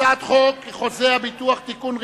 הצעת חוק חוזה הביטוח (תיקון,